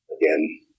again